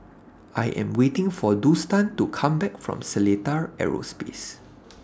I Am waiting For Dustan to Come Back from Seletar Aerospace